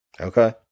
Okay